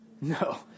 No